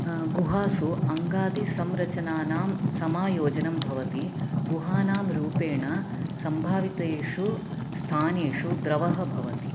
गुहासु अङ्गादिसंरचनानां समायोजनं भवति गुहानां रूपेण सम्भावितेषु स्थानेषु द्रवः भवति